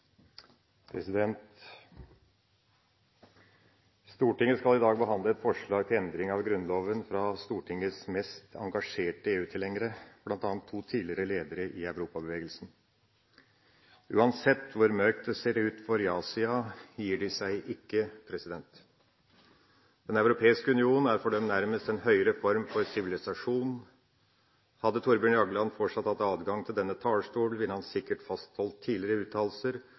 omme. Stortinget skal i dag behandle et forslag til endring i Grunnloven fra Stortingets mest engasjerte EU-tilhengere, bl.a. to tidligere ledere i Europabevegelsen. Uansett hvor mørkt det ser ut for ja-sida, gir de seg ikke. Den europeiske union er for dem nærmest en høyere form for sivilisasjon. Hadde Thorbjørn Jagland fortsatt hatt adgang til denne talerstol, ville han sikkert fastholdt tidligere uttalelser